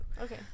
Okay